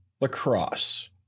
Lacrosse